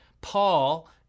Paul